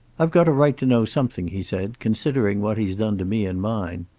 i've got a right to know something, he said, considering what he's done to me and mine.